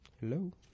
Hello